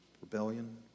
Rebellion